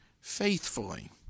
faithfully